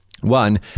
One